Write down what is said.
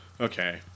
Okay